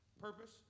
purpose